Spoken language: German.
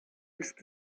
ist